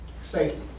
Safety